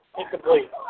incomplete